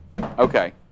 Okay